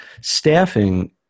staffing